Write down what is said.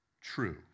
True